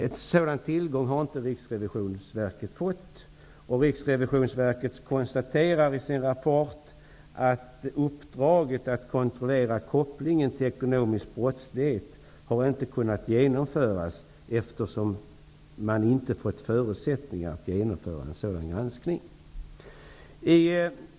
En sådan tillgång har inte Riksrevisionsverket fått, och Riksrevisionsverket konstaterar i sin rapport att uppdraget att kontrollera kopplingen till ekonomisk brottslighet inte har kunnat genomföras eftersom man inte har fått förutsättningar för att genomföra en sådan granskning.